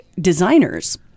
designers